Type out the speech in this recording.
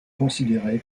considéré